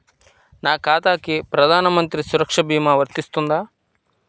నా ఖాతాకి ప్రధాన మంత్రి సురక్ష భీమా వర్తిస్తుందా?